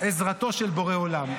עזרתו של בורא עולם.